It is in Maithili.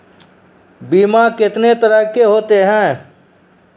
बीमा कितने तरह के होते हैं?